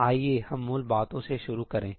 आइए हम मूल बातों से शुरू करेंसही